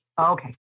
Okay